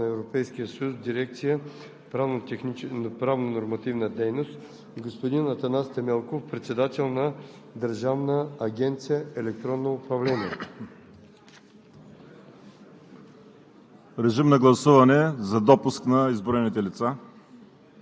госпожа Биляна Стойкова – главен юрисконсулт в отдел „Нормотворческа дейност и право на Европейския съюз“ в дирекция „Правно нормативна дейност“, господин Атанас Темелков – председател на Държавна агенция „Електронно управление“.